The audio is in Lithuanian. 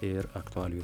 ir aktualijų